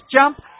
jump